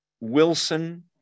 Wilson